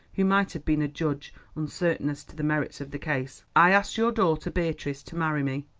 who might have been a judge uncertain as to the merits of the case, i asked your daughter beatrice to marry me.